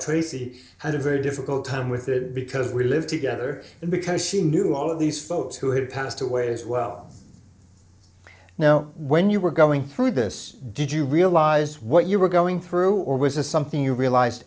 tracey had a very difficult time with it because we lived together and because she knew all of these folks who had passed away as well now when you were going through this did you realise what you were going through or was a something you realized